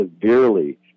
severely